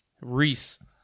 reese